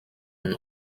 und